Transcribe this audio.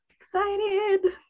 excited